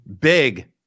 big